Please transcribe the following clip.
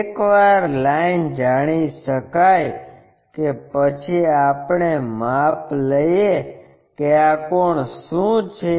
એકવાર લાઈન જાણી શકાય કે પછી આપણે માપી લઈએ કે આ કોણ શું છે